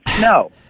No